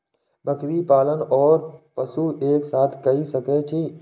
बकरी पालन ओर पशु एक साथ कई सके छी?